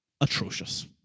atrocious